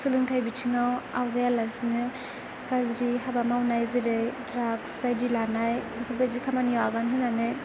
सोलोंथाइ बिथिङाव आवगायालासेनो गाज्रि हाबा मावनाय जेरै ड्राग्स बायदि लानाय बेफोरबायदि खामानियाव आगान होनानै